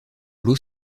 l’eau